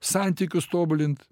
santykius tobulint